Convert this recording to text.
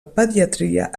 pediatria